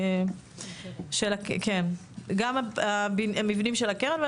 גם המבנים של הקרן.